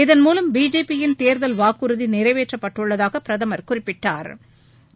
இதன் மூலம் பிஜேபியின் தேர்தல் வாக்குறுதி நிறைவேற்றப்பட்டுள்ளதாக பிரதமர் குறிப்பிட்டாா்